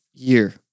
year